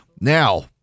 Now